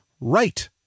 right